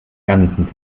ganzen